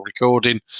recording